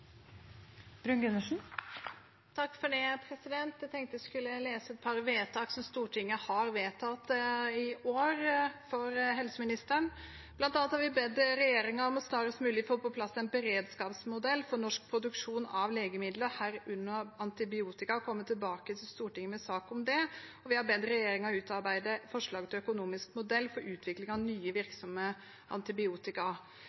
Jeg tenkte jeg skulle lese opp for helseministeren et par vedtak som er gjort av Stortinget i år. Blant annet har vi bedt regjeringen om «snarest mulig få på plass en beredskapsmodell for norsk produksjon av viktige legemidler, herunder antibiotika, og komme tilbake til Stortinget med en sak om dette», og vi har bedt regjeringen utarbeide forslag til «økonomiske modeller for utvikling av nye,